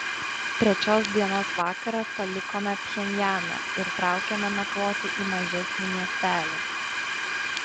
trečios dienos vakarą palikome pchenjaną ir traukėme nakvoti į mažesnį miestelį